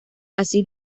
así